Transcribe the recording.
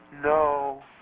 No